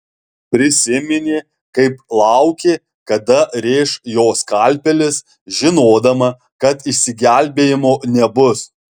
prisiminė kaip laukė kada rėš jo skalpelis žinodama kad išsigelbėjimo nebus